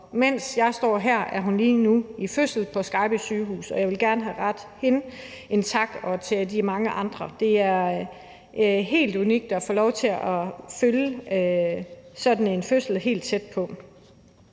mens jeg står her, er hun lige nu i fødsel på Skejby Sygehus, og jeg vil gerne rette en tak til hende og de mange andre. Det er helt unikt at få lov til at følge sådan en graviditet helt tæt på.